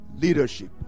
leadership